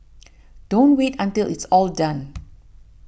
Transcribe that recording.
don't wait until it's all done